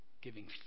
Giving